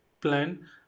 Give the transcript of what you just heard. plan